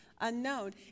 Unknown